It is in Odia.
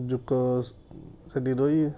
ଜୋକ ସ ସେଠି ରହି